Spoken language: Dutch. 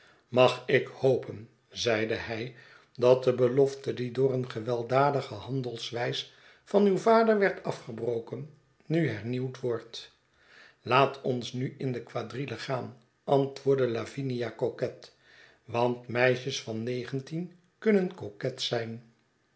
mag ik hopen zeide hij dat de belofte die door een gewelddadige handelwijs van uw vader werd afgebroken nu hernieuwd wordt laat ons jiu in de quadrille gaan antwoordde lavinia coquet want meisjes vannegentien kunnen coquet zijn